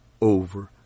over